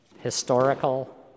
historical